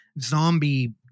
zombie